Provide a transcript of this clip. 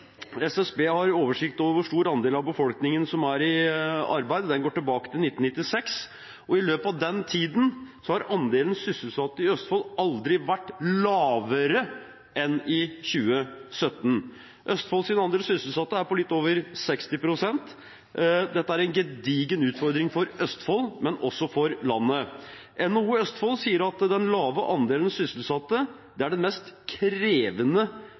SSB har oversikt over hvor stor andel av befolkningen som er i arbeid. Den går tilbake til 1996. I løpet av den tiden har andelen sysselsatte i Østfold aldri vært lavere enn i 2017. Andelen sysselsatte i Østfold er på litt over 60 pst. Dette er en gedigen utfordring for Østfold, men også for landet. NHO Østfold sier at «den lave andelen sysselsatte er den mest krevende utfordringen for arbeidsmarkedet». Det er